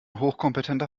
hochkompetenter